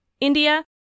India